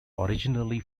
originally